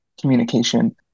communication